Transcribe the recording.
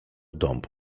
dąb